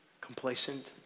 complacent